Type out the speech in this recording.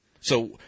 So-